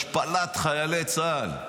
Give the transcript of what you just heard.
השפלת חיילי צה"ל.